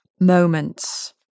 moments